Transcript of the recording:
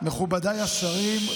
מכובדיי השרים,